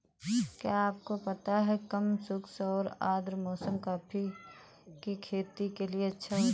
क्या आपको पता है कम शुष्क और आद्र मौसम कॉफ़ी की खेती के लिए अच्छा है?